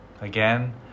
again